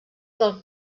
del